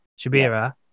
Shabira